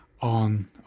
on